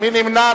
מי נמנע?